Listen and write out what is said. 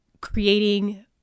creating